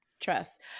trust